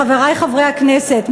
חברי חברי הכנסת,